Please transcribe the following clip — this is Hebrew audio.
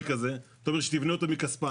כזאת - אתה אומר שתבנה אותו מכספה,